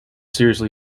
seriously